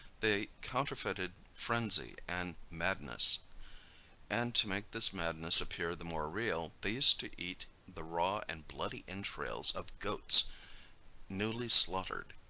they counterfeited phrenzy and madness and to make this madness appear the more real, they used to eat the raw and bloody entrails of goats newly slaughtered.